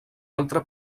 altre